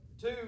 two